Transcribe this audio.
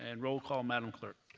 and roll call, madam clerk.